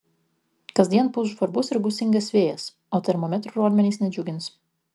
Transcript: kasdien pūs žvarbus ir gūsingas vėjas o termometrų rodmenys nedžiugins